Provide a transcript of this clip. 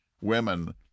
women